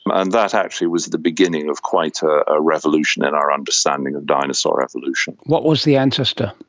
and that actually was the beginning of quite a ah revolution in our understanding of dinosaur evolution. what was the ancestor?